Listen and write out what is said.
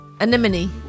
Anemone